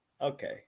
Okay